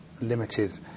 limited